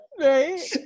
Right